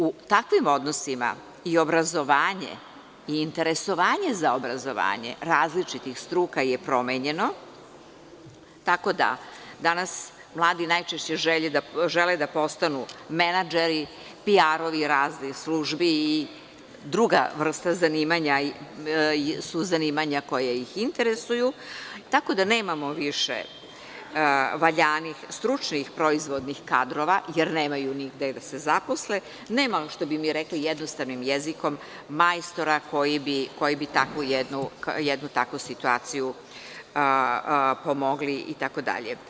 U takvim odnosima i obrazovanje i interesovanje za obrazovanje različitih struka je promenjeno, tako da danas mladi najčešće žele da postanu menadžeri, PR raznih službi i druga vrsta zanimanja su zanimanja koja ih interesuju, tako da nemamo više valjanih stručnih proizvodnih kadrova, jer nemaju ni gde da se zaposle, nema majstora koji bi takvu jednu situaciju pomogli itd.